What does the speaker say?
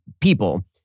people